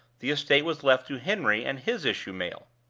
the estate was left to henry and his issue male.